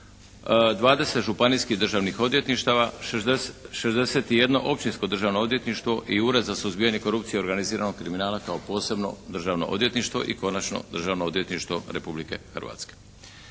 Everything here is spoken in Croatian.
20 županijskih državnih odvjetništava, 61 općinsko državno odvjetništvo i Ured za suzbijanje korupcije organiziranog kriminala kao posebno državno odvjetništvo i konačno Državno odvjetništvo Republike Hrvatske.